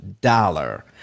dollar